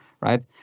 right